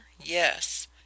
yes